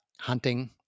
hunting